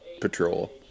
patrol